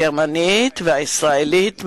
הגרמנית והישראלית,